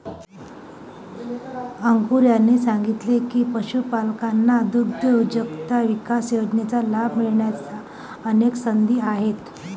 अंकुर यांनी सांगितले की, पशुपालकांना दुग्धउद्योजकता विकास योजनेचा लाभ मिळण्याच्या अनेक संधी आहेत